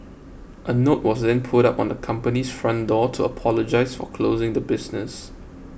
a note was then put up on the company's front door to apologise for closing the business